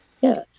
Yes